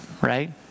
right